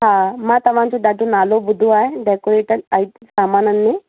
हा मां तव्हांजो ॾाढो नालो ॿुधो आहे डेकॉरेटर आइट सामाननि में